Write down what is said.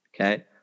okay